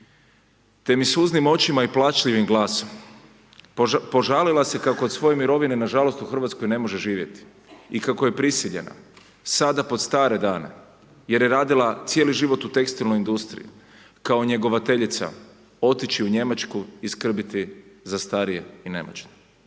te mi suznim očima i plačljivim glasom požalila se kako od svoje mirovine nažalost u Hrvatskoj ne može živjeti i kako je prisiljena sada pod stare dane jer je radila cijeli život u tekstilnoj industriji, kao njegovateljica otići u Njemačku i skrbiti za starije i nemoćne.